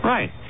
Right